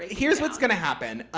here's what's going to happen.